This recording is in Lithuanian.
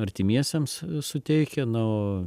artimiesiems suteikia na o